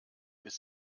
bis